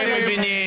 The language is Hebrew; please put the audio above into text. בבקשה.